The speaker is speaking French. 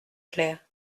claire